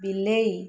ବିଲେଇ